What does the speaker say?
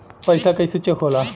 पैसा कइसे चेक होला?